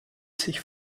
sich